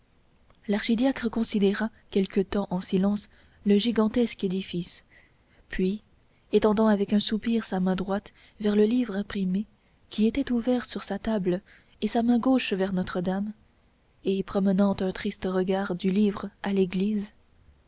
l'archidiacre considéra quelque temps en silence le gigantesque édifice puis étendant avec un soupir sa main droite vers le livre imprimé qui était ouvert sur sa table et sa main gauche vers notre-dame et promenant un triste regard du livre à l'église